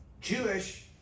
Jewish